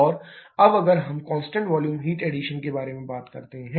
और अब अगर हम कांस्टेंट वॉल्यूम हीट एडिशन के बारे में बात करते हैं